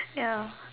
ya